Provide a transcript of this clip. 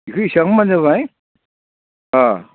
इखो हिसाब खालामब्लानो जाबाय अ